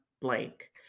blank